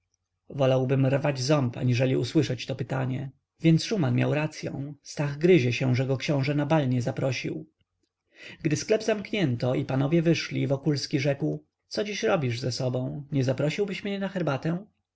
wolałbym rwać ząb aniżeli usłyszeć to pytanie więc szuman miał racyą stach gryzie się że go książe na bal nie zaprosił gdy sklep zamknięto i panowie wyszli wokulski rzekł co dziś robisz ze sobą nie zaprosiłbyś mnie na herbatę